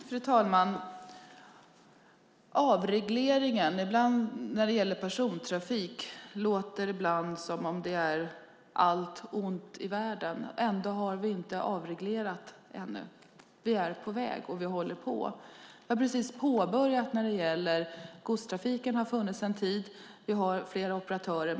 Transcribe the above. Fru talman! Ibland låter det som att avreglering när det gäller persontrafik är allt ont i världen. Ändå har vi inte avreglerat ännu. Vi är på väg och vi håller på. När det gäller godstrafiken har den funnits en tid. Där finns det flera operatörer.